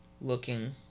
Looking